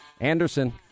Anderson